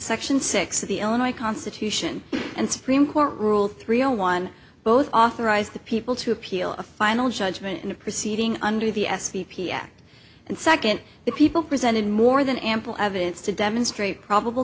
section six of the illinois constitution and supreme court ruled three zero one both authorize the people to appeal a final judgment in a proceeding under the s p p act and second the people presented more than ample evidence to demonstrate probable